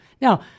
Now